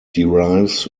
derives